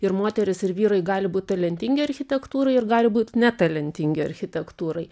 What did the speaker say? ir moterys ir vyrai gali būt talentingi architektūroj ir gali būt ne talentingi architektūrai